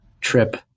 trip